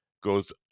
goes